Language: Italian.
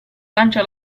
lancia